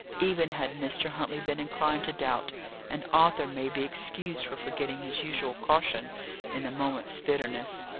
even had mr. huntley been inclined to doubt and arthur may be excused for forgetting his usual caution in the moment's bitterness.